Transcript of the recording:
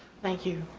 thank you.